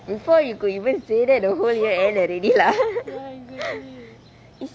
before you could even stay there the whole year end already lah